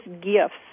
gifts